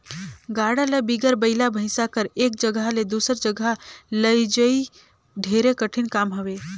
गाड़ा ल बिगर बइला भइसा कर एक जगहा ले दूसर जगहा लइजई ढेरे कठिन काम हवे